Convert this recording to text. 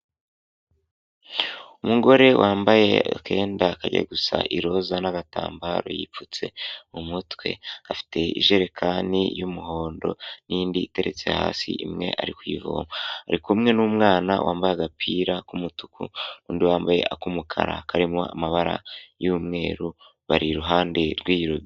Umugore wambaye akenda kajya gusa iroza n ' agatambaro yipfutse mu mutwe, afite ijerekani y'umuhondo n'indi iteretse hasi imwe ari kuyivomera , ari kumwe n'umwana wambaye agapira k'umutuku undi wambaye ak' umukara karimo amabara y'umweru, bari iruhande rw' iyi robine.